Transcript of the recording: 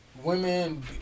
women